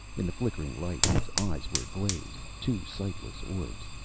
in the flickering light his eyes were glazed, two sightless orbs.